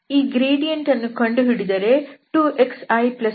ಈ ಗ್ರೇಡಿಯಂಟ್ ಅನ್ನು ಕಂಡು ಹಿಡಿದರೆ 2xi2yj2zk ಇದು ಸಿಗುತ್ತದೆ